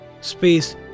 space